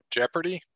Jeopardy